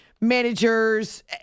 managers